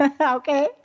Okay